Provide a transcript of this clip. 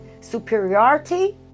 superiority